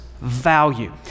value